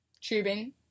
tubing